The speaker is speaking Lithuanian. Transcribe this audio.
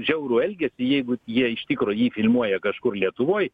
žiaurų elgesį jeigu jie iš tikro jį filmuoja kažkur lietuvoj